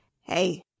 Hey